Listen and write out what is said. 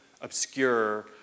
obscure